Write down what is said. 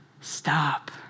Stop